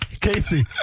Casey